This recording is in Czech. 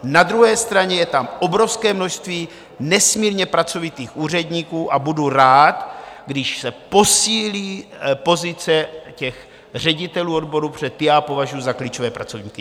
Na druhé straně je tam obrovské množství nesmírně pracovitých úředníků a budu rád, když se posílí pozice ředitelů odborů, protože ty považuji za klíčové pracovníky.